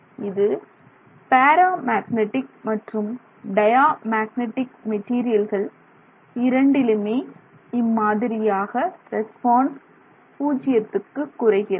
இது paramagnetic மற்றும் diamagnetic மெட்டீரியல்கள் இரண்டிலுமே இம்மாதிரியாக ரெஸ்பான்ஸ் பூஜ்ஜியத்துக்கு குறைகிறது